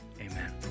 Amen